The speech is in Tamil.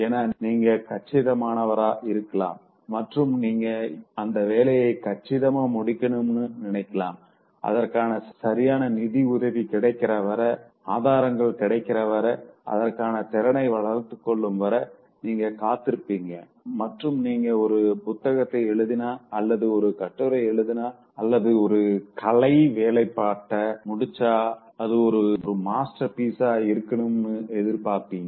ஏன்னா நீங்க கச்சிதமானவரா இருக்கலாம் மற்றும் நீங்க அந்த வேலைய கச்சிதமா முடிக்கணும்னு நினைக்கலாம் அதற்கான சரியான நிதி உதவி கிடைக்கிற வர ஆதாரங்கள் கிடைக்கிற வர அதற்கான திறனை வளர்த்துக் கொள்ளும் வர நீங்க காத்திருப்பீங்கமற்றும் நீங்க ஒரு புத்தகத்த எழுதினா அல்லது ஒரு கட்டுரை எழுதினா அல்லது ஒரு கலை வேலைப்பாட்ட முடிச்சா அது ஒரு மாஸ்டர் பீஸா இருக்கணும்னு எதிர்பாப்பீங்க